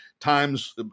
times